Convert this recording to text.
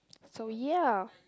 so ya